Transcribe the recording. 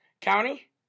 County